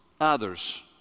others